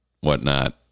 whatnot